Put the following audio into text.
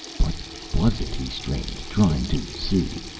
what was it? he strained, trying to see.